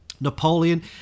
Napoleon